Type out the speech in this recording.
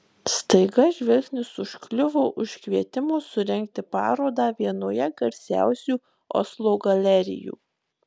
staiga žvilgsnis užkliuvo už kvietimo surengti parodą vienoje garsiausių oslo galerijų